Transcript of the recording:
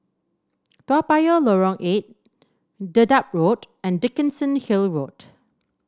Toa Payoh Lorong Eight Dedap Road and Dickenson Hill Road